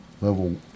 level